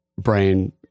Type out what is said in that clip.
brain